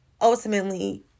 ultimately